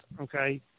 Okay